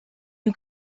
you